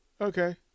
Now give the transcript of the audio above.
okay